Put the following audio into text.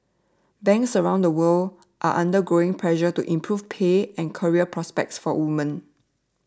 banks around the world are under growing pressure to improve pay and career prospects for women